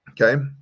okay